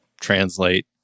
translate